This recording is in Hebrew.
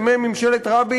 ימי ממשלת רבין,